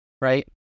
right